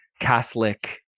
Catholic